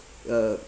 uh